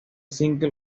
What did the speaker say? single